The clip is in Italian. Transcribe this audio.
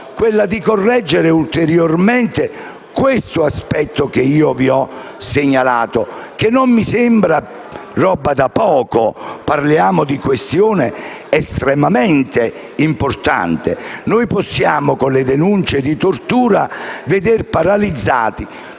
tutto, è correggere ulteriormente questo aspetto che vi ho segnalato, che non mi sembra roba da poco. Parliamo di una questione estremamente importante: con le denunce di tortura, potremmo vedere paralizzati